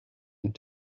and